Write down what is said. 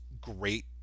great